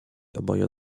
oboje